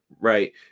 Right